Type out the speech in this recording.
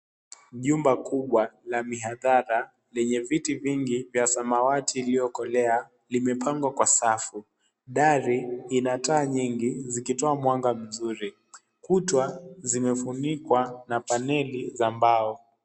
Nyumba kubwa la mihadhara lenye viti vingi la samawati iliyokolea limepangwa kwa safu. Dari ina taa nyingi zikitoa mwanga mzuri. Kuta zimefunikwa na paneli za mbao.